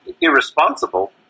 irresponsible